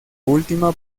última